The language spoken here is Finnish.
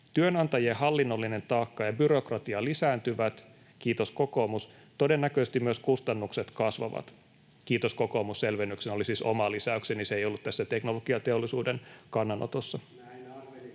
Työnantajien hallinnollinen taakka ja byrokratia lisääntyvät”, kiitos kokoomus, ”todennäköisesti myös kustannukset kasvavat.” Selvennyksenä, että ”kiitos kokoomus” oli siis oma lisäykseni. Se ei ollut tässä Teknologiateollisuuden kannanotossa.